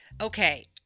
Okay